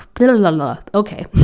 okay